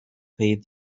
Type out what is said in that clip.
pay